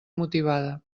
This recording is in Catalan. motivada